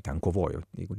ten kovojo jeigu